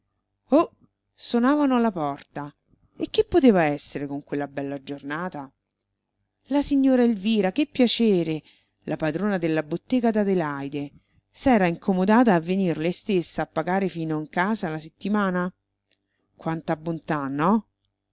oh sonavano alla porta e chi poteva essere con quella bella giornata la signora elvira che piacere la padrona della bottega d'adelaide s'era incomodata a venir lei stessa a pagare fino in casa la settimana quanta bontà no